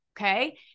Okay